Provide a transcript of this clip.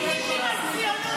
לוועדת החינוך,